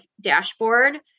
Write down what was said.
dashboard